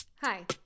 Hi